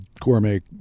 gourmet